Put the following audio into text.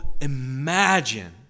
imagine